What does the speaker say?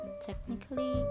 technically